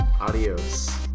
Adios